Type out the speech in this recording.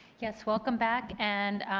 yes, welcome back and